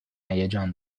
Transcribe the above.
هیجان